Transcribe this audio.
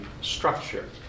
structure